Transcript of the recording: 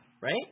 Right